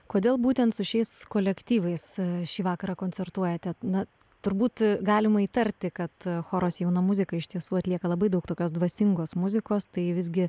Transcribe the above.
kodėl būtent su šiais kolektyvais šį vakarą koncertuojate na turbūt galima įtarti kad choras jauna muzika iš tiesų atlieka labai daug tokios dvasingos muzikos tai visgi